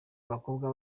abakobwa